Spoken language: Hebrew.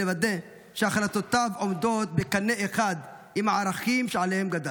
לוודא שהחלטותיו עומדות בקנה אחד עם הערכים שעליהם גדל.